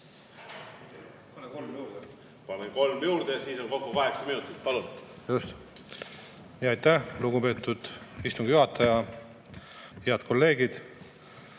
Panen kolm juurde, siis on kokku kaheksa minutit. Palun! Just. Aitäh, lugupeetud istungi juhataja! Head kolleegid!